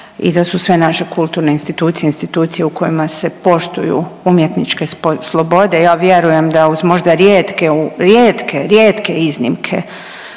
i da su sve naše kulturne institucije, institucije u kojima se poštuju umjetničke slobode, ja vjerujem da uz možda rijetke u, rijetke, rijetke iznimke